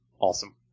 Awesome